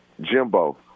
Jimbo